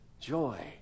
joy